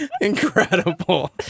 Incredible